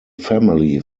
family